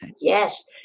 Yes